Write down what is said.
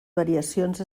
variacions